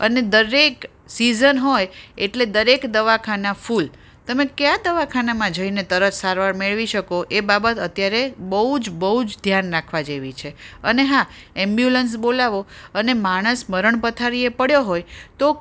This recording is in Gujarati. અને દરેક સિઝન હોય એટલે દરેક દવાખાના ફૂલ તમે કયા દવાખાનામાં જઈને તરત સારવાર મેળવી શકો એ બાબત અત્યારે બહુ જ બહુ જ ધ્યાન રાખવા જેવી છે અને હા એમ્બ્યુલન્સ બોલાવો અને માણસ મરણ પથારીએ પડ્યો હોય તો